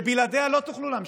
שבלעדיה לא תוכלו להמשיך.